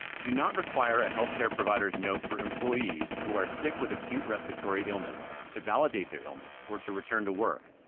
do not require ah health care providers note for employees who are sick with acute respiratory illness to validate their illness or to return to work,